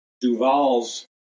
Duval's